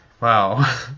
Wow